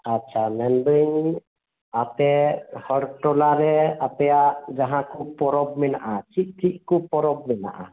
ᱟᱪᱷᱟ ᱢᱮᱱᱫᱟᱹᱧ ᱟᱯᱮ ᱦᱚᱲ ᱴᱚᱞᱟᱨᱮ ᱟᱯᱮᱭᱟᱜ ᱡᱟᱦᱟᱸ ᱠᱚ ᱯᱚᱨᱚᱵ ᱢᱮᱱᱟᱜᱼᱟ ᱪᱮᱫ ᱪᱮᱫᱠᱚ ᱯᱚᱨᱚᱵ ᱢᱮᱱᱟᱜᱼᱟ